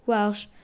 Welsh